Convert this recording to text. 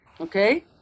Okay